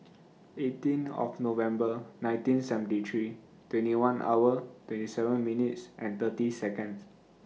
eighteen of November nineteen seventy three twenty one hour twenty seven minutes and thirty Seconds